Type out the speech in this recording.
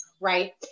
right